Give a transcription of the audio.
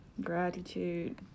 Gratitude